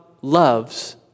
loves